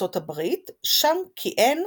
ארצות הברית", שם כיהן